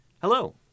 Hello